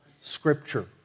scripture